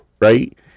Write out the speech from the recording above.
right